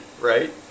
right